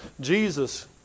Jesus